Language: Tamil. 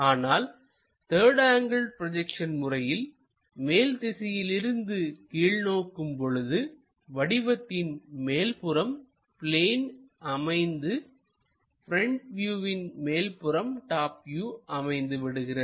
ஆனால் த்தர்டு ஆங்கிள் ப்ரொஜெக்ஷன் முறையில் மேல் திசையிலிருந்து கீழ் நோக்கும் பொழுது வடிவத்தின் மேல்புறம் பிளேன் அமைந்து ப்ரெண்ட் வியூவின் மேல்புறம் டாப் வியூ அமைந்துவிடுகிறது